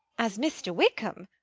as mr. wickham?